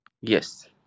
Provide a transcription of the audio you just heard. yes